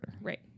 right